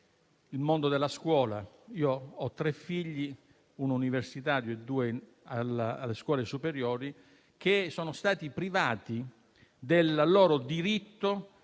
il mondo della scuola. Ho tre figli - uno universitario e altri due alle scuole superiori - che sono stati privati del loro diritto